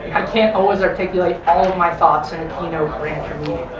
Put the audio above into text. i can't always articulate all of my thoughts and keynote ranger media.